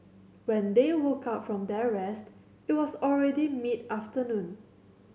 when they woke up from their rest it was already mid afternoon